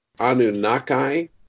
Anunnaki